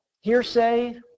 hearsay